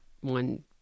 one